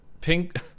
pink